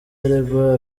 aregwa